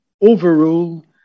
Overrule